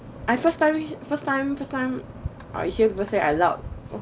first time first time first time I hear people say I loud